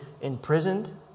imprisoned